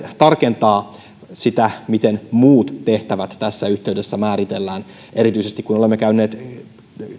tarkentaa sitä miten muut tehtävät tässä yhteydessä määritellään erityisesti kun olemme käyneet